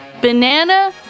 banana